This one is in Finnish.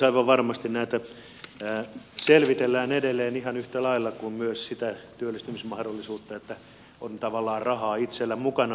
aivan varmasti näitä selvitellään edelleen ihan yhtä lailla kuin myös sitä työllistämismahdollisuutta että on tavallaan rahaa itsellä mukana